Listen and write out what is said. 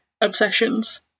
obsessions